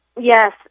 Yes